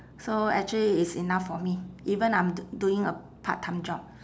so actually it's enough for me even I'm do~ doing a part time job